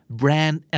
brand